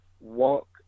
walk